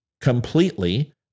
completely